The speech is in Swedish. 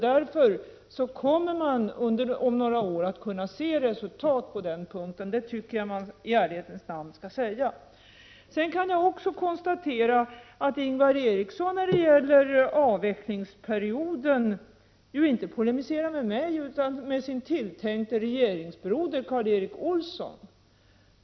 Därför kommer man om några år att kunna se resultat på den punkten. Det tycker jag att vi i rättvisans namn skall säga. Sedan kan jag konstatera att Ingvar Eriksson när det gäller tidtabellen för avvecklingsperioden inte polemiserar med mig utan med sin tilltänkte regeringsbroder Karl Erik Olsson.